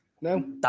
No